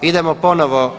Idemo ponovo.